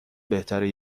بهتره